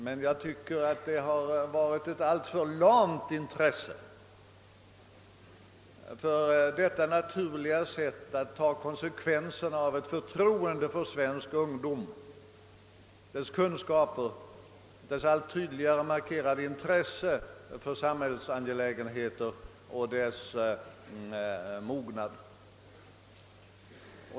Men jag tycker att det har varit alltför lamt när det gällt att på ett naturligt sätt ta konsekvenserna av sitt förtroende för svensk ungdoms kunskaper, allt tydligare markerade intresse för samhällsangelägenheter och allmänna mognad.